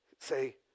say